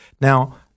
Now